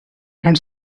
and